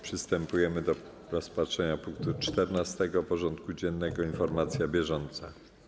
Przystępujemy do rozpatrzenia punktu 14. porządku dziennego: Informacja bieżąca.